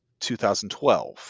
2012